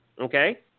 okay